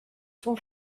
sont